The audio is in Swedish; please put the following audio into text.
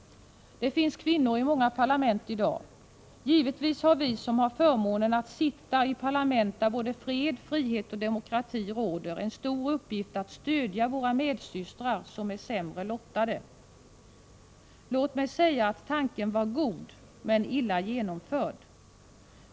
Det finns i dag kvinnor i många parlament. Givetvis har vi som har förmånen att sitta i parlament i länder där fred, frihet och demokrati råder en stor uppgift i att stödja våra medsystrar som är sämre lottade. Låt mig säga att tanken var god, men illa genomförd.